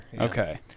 Okay